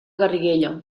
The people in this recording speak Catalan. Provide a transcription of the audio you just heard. garriguella